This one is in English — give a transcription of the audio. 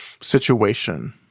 situation